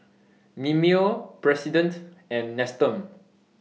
Mimeo President and Nestum